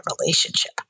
relationship